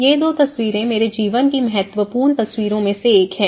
ये दो तस्वीरें मेरे जीवन की महत्वपूर्ण तस्वीरों में से एक हैं